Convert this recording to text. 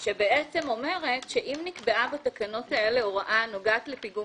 שאומרת: "נקבעה בתקנות אלה הוראה הנוגעת לפיגום